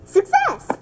Success